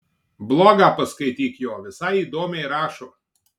blogą paskaityk jo visai įdomiai rašo